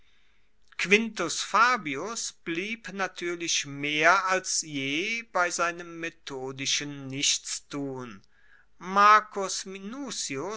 quintus fabius blieb natuerlich mehr als je bei seinem methodischen nichtstun marcus minucius